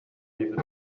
leave